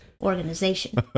organization